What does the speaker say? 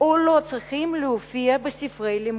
או לא צריכים להופיע בספרי לימוד.